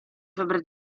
febbre